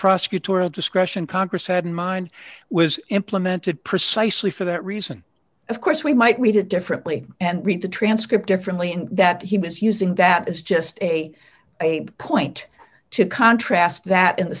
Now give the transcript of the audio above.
prosecutorial discretion congress had in mind was implemented precisely for that reason of course we might read it differently and read the transcript differently in that he was using that as just a point to contrast that in the